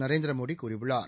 நரேந்திரமோடி கூறியுள்ளார்